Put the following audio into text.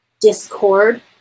discord